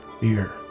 fear